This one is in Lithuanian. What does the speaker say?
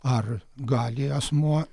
ar gali asmuo